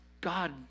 God